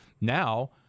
now